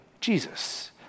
Jesus